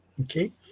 Okay